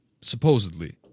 supposedly